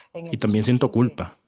and tambien siento culpa.